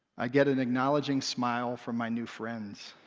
i get an acknowledging smile from my new friends,